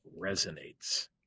resonates